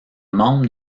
membre